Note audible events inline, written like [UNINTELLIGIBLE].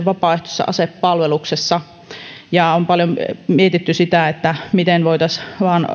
[UNINTELLIGIBLE] vapaaehtoisessa asepalveluksessa on paljon mietitty sitä miten voitaisiin